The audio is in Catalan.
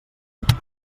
hores